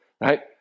right